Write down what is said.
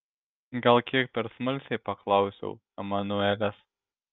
gal kiek per smalsiai paklausiau emanuelės